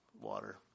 water